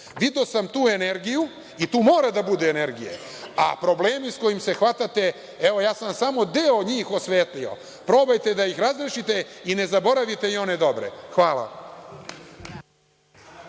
Video sam tu energiju i tu mora da bude energije, a problemi sa kojim se hvatate, evo, ja sam samo deo njih osvetio, probajte da ih razrešite i ne zaboravite i one dobre. Hvala